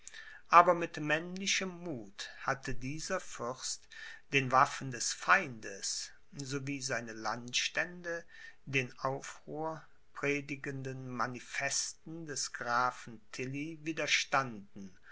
aber mit männlichem muth hatte dieser fürst den waffen des feindes so wie seine landstände den aufruhr predigenden manifesten des grafen tilly widerstanden